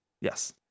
yes